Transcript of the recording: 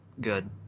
good